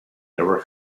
never